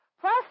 Plus